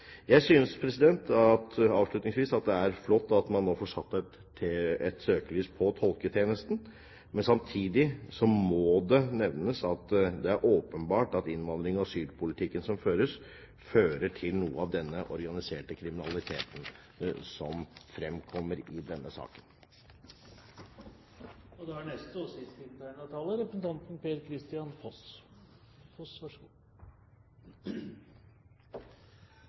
Jeg synes at det er flott at man nå får satt et søkelys på tolketjenesten. Men samtidig må det nevnes at det er åpenbart at innvandrings- og asylpolitikken som føres, fører til noe av den organiserte kriminaliteten som fremkommer i denne saken. Den innstillingen vi har til behandling, hvor alle partier har hatt anledning til å skrive inn sine merknader, omfatter ikke asylpolitikk, heller ikke prostitusjon, heller ikke Schengen-samarbeidet, hvor det er